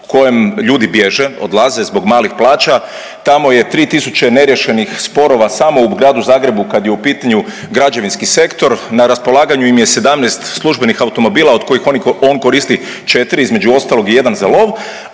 kojem ljudi bježe, odlaze zbog malih plaća, tamo je 3000 neriješenih sporova samo u gradu Zagrebu kad je u pitanju građevinski sektor, na raspolaganju im je 17 službenih automobila, od kojih on koristi 4, između ostalog i jedan za lov,